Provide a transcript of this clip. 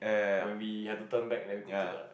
when we have to turn back then we go to the